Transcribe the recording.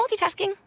multitasking